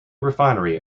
refinery